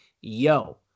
yo